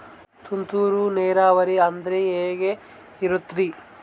ತುಂತುರು ನೇರಾವರಿ ಅಂದ್ರೆ ಹೆಂಗೆ ಇರುತ್ತರಿ?